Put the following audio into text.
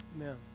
Amen